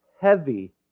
heavy